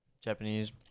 Japanese